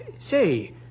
Say